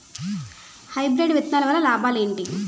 Hybrid విత్తనాలు వల్ల లాభాలు ఏంటి?